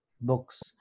books